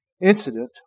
incident